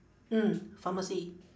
mm pharmacy